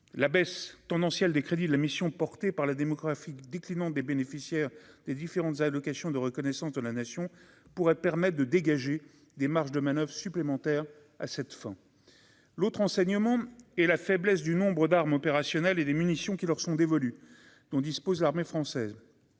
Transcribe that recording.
la baisse tendancielle des crédits de la mission, porté par la démographie déclinante des bénéficiaires des différentes allocations de reconnaissance de la nation pourrait permettent de dégager des marges de manoeuvres supplémentaires à cette fin, l'autre enseignement et la faiblesse du nombre d'armes opérationnelles et des munitions qui leur sont dévolues dont dispose l'armée française,